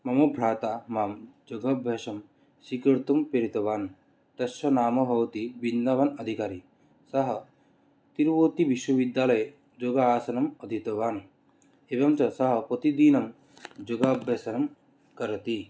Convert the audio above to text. मम भ्राता मां योगाभ्यासं स्वीकर्तुं प्रेरितवान् तस्य नाम भवति विन्नवन् अधिकारी सः तिरुपतिविश्वविद्यालये योगासनम् अधीतवान् एवञ्च सः प्रतिदिनं योगाभ्यसनं करोति